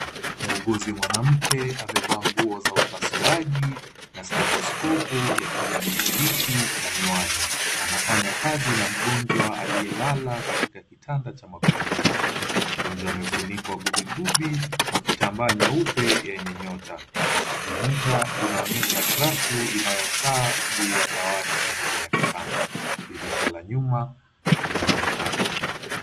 Muuguzi mwanamke amevaa nguo za upasuaji na stethoskopu ya kijani kibichi na miwani. Anafanya kazi na mgonjwa aliyelala katika kitanda cha magurudumu. Mgonjwa amefunikwa gubigubi kwa kitambaa nyeupe yenye nyota. Monita inaonyesha grafu inayokaa juu ya dawati karibu na kitanda. Dirisha la nyuma linaonekana.